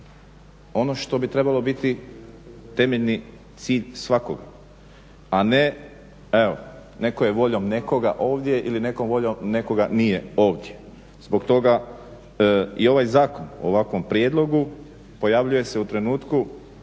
ono što bi trebalo biti temeljni cilj svakoga, a ne, evo, netko je voljom nekoga ovdje ili nekom voljom nekoga nije ovdje. Zbog toga i ovaj zakon u ovakvom prijedlogu pojavljuje se u trenutku